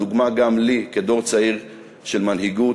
הוא דוגמה גם לי כדור צעיר של מנהיגות,